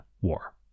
War